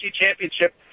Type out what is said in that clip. Championship